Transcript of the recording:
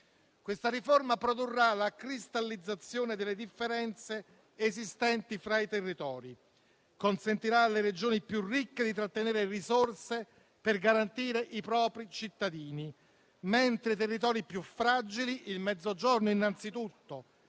Questa riforma produrrà la cristallizzazione delle differenze esistenti fra i territori e consentirà alle Regioni più ricche di trattenere risorse per garantire i propri cittadini, mentre i territori più fragili, il Mezzogiorno innanzitutto,